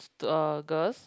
to uh girls